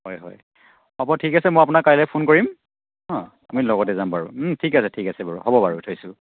হয় হয় হ'ব ঠিক আছে মই আপোনাক কাইলৈ ফোন কৰিম অ' আমি লগতে যাম বাৰু ঠিক আছে ঠিক আছে বাৰু হ'ব বাৰু থৈছোঁ